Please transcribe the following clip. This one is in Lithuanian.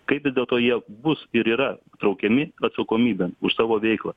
kai vis dėlto jie bus ir yra traukiami atsakomybėn už savo veiklą